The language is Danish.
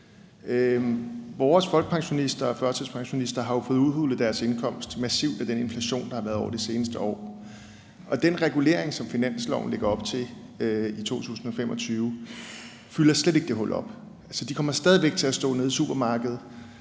Vores folkepensionister og førtidspensionister har jo fået udhulet deres indkomst massivt af den inflation, der har været over de seneste år, og den regulering, som finansloven lægger op til i 2025, fylder slet ikke det hul op. Altså, de kommer stadig væk til at stå nede i supermarkedet